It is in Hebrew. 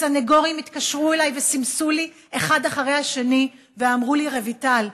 סנגורים התקשרו אליי וסימסו לי אחד אחרי השני ואמרו לי: רויטל,